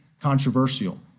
controversial